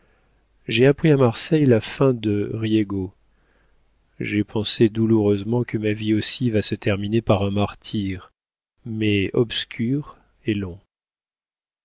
j'ai appris à marseille la fin de riégo j'ai pensé douloureusement que ma vie aussi va se terminer par un martyre mais obscur et long